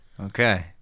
Okay